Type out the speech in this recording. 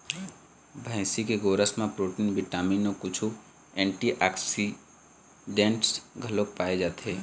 भइसी के गोरस म प्रोटीन, बिटामिन अउ कुछ एंटीऑक्सीडेंट्स घलोक पाए जाथे